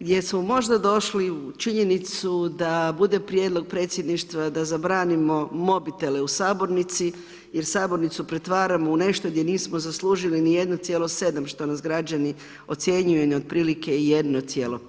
gdje smo možda došli u činjenicu da bude prijedlog predsjedništva da zabranimo mobitele u sabornici jer sabornicu pretvaramo u nešto gdje nismo zaslužili ni 1,7 što nas građani ocjenjuju na otprilike 1,5.